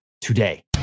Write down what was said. today